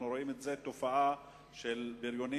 אנחנו רואים תופעה של בריונים,